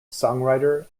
songwriter